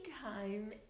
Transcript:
time